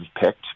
picked